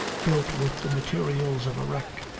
built with the materials of a wreck,